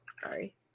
Sorry